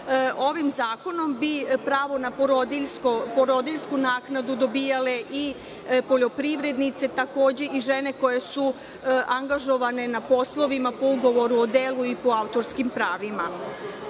zakonom bi pravo na porodiljsku naknadu dobijale i poljoprivrednice, a takođe i žene koje su angažovane na poslovima po ugovoru o delu i po autorskim pravima.